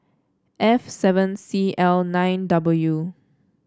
f seven C L nine W